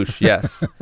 yes